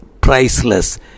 priceless